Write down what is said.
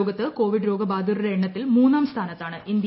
ലോകത്തു കോവിഡ് രോഗബാധിതരുടെ എണ്ണത്തിൽ മൂന്നാം സ്ഥാനത്താണ് ഇന്ത്യ